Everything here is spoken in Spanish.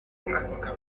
blanca